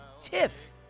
tiff